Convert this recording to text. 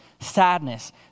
sadness